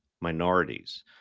minorities